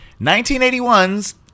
1981's